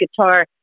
guitar